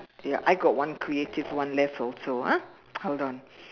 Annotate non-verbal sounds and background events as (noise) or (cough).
ya I got one creative one left also ah (noise) hold on